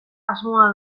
asmoa